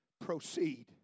proceed